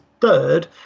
third